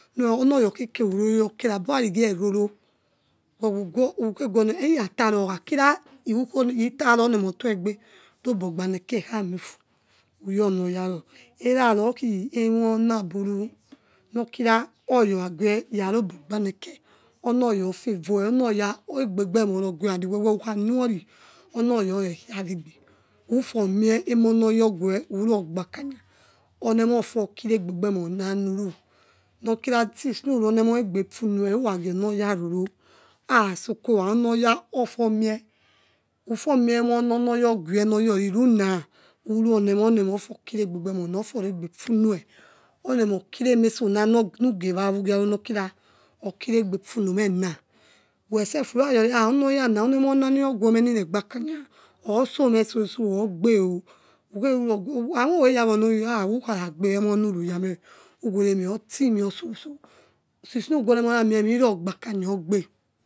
Nor onoya okhekeruroro ria okere abi ro ra rigie roro we wokhegonoya ira taro okhakira ukhitaro oniemo oto egbe eubogbanieke khami ofu uyi onoyaro erakhi emona buru nokira oya okhague robogbaneke ono oya ofayor onoya egbebiemoro gu we ukhanuori onoya orekhia wegbe ufomie emonoyo oguwe uro gbakania oneofokirigbebe rona nuru no khira since nuruonemeh egbe funue uragioyaro araso kowa onaya ofomie udonie emo nonoya gue noryori runa uronie moh onie emofo kire gbegenoria ofo regbe funor onemokiremeso na nugewa wugiro nokira ogene gefunomena mesefu who ragori onoyana oniemona niro geome miregbakanya osome soso ogbeo who keruro ami who rawa onoya ha hakhawagbeo oniemomeruya abuwere meh otirue ruososo since nugue oniemora mie mie ogbe.